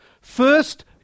First